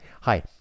hi